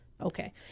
Okay